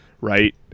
right